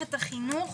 במערכת החינוך